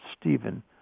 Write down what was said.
Stephen